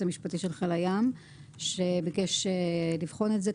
המשפטי של חיל הים שביקש לבחון את זה.